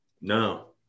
No